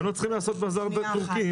היינו צריכים לעשות בזאר טורקי.